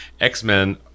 X-Men